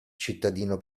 cittadino